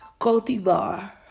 cultivar